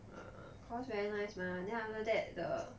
uh uh cause very nice mah then after that the